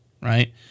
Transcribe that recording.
Right